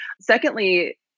Secondly